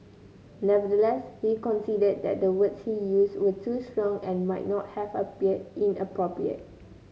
nevertheless he conceded that the words he used were too strong and might not have appeared inappropriate